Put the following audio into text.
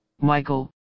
Michael